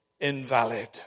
invalid